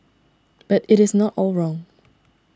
but it is not all wrong